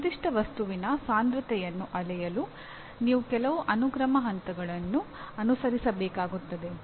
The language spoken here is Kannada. ನಿರ್ದಿಷ್ಟ ವಸ್ತುವಿನ ಸಾಂದ್ರತೆಯನ್ನು ಅಳೆಯಲು ನೀವು ಕೆಲವು ಅನುಕ್ರಮ ಹಂತಗಳನ್ನು ಅನುಸರಿಸಬೇಕಾಗುತ್ತದೆ